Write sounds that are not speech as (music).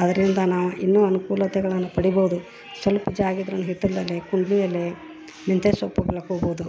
ಆದ್ದರಿಂದ ನಾವು ಇನ್ನು ಅನ್ಕುಲತೆಗಳನ್ನ ಪಡಿಬೋದು ಸೊಲ್ಪ ಜಾಗ ಇದ್ರುನ್ನ ಹಿತ್ತಲ್ನಲ್ಲಿ (unintelligible) ಮೆಂತೆ ಸೊಪ್ಪು ಬೆಳ್ಕೋಬೋದು